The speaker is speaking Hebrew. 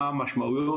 מה המשמעויות,